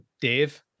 dave